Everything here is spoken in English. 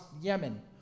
Yemen